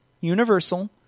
universal